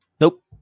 Nope